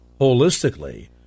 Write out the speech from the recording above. holistically